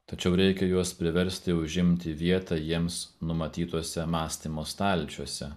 tačiau reikia juos priversti užimti vietą jiems numatytuose mąstymo stalčiuose